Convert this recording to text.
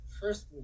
first